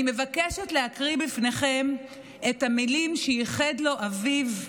אני מבקשת להקריא בפניכם את המילים שייחד לו אביו,